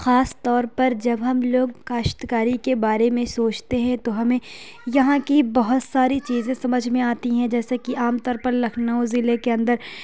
خاص طور پر جب ہم لوگ کاشتکاری کے بارے میں سوچتے ہیں تو ہمیں یہاں کی بہت ساری چیزیں سمجھ میں آتی ہیں جیسے کہ عام طور پر لکھنؤ ضلع کے اندر